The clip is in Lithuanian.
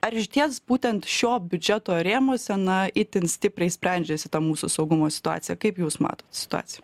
ar išties būtent šio biudžeto rėmuose na itin stipriai sprendžiasi ta mūsų saugumo situaciją kaip jūs matot situaciją